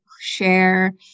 share